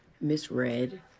misread